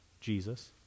Jesus